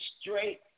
straight